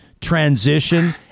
transition